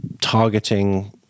targeting